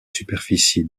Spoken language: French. superficie